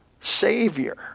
Savior